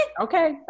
okay